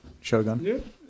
Shogun